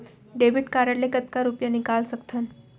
Debit card ले कतका रुपिया निकाल सकथन?